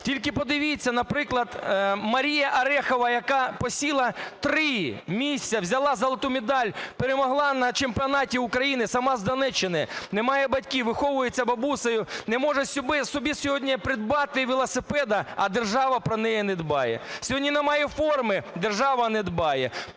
Тільки подивіться, наприклад, Марія Орехова, яка посіла три місця, взяла золоту медаль, перемогла на Чемпіонаті України. Сама з Донеччини, не має батьків, виховується бабусею, не може собі сьогодні придбати велосипеда, а держава про неї не дбає. Сьогодні немає форми - держава не дбає.